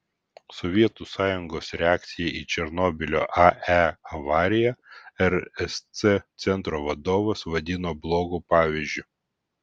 sovietų sąjungos reakciją į černobylio ae avariją rsc centro vadovas vadino blogu pavyzdžiu